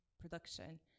production